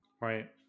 Right